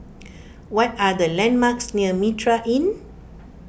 what are the landmarks near Mitraa Inn